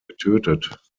getötet